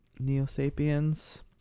Neosapiens